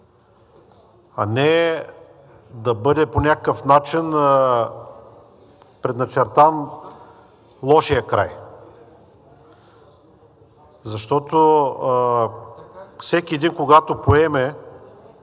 а не да бъде по някакъв начин предначертан лошият край. Защото всеки един, когато поеме